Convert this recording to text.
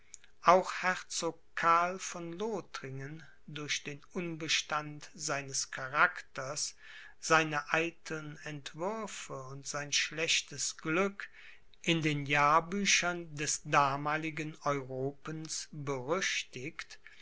auch herzog karl von lothringen durch den unbestand seines charakters seine eiteln entwürfe und sein schlechtes glück in den jahrbüchern des damaligen europens